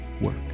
work